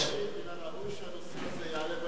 שהנושא הזה יעלה בנשיאות הקרובה.